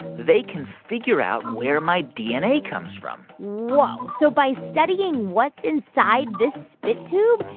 they can figure out where my dna comes from whoa. so by studying what's inside this spit tube,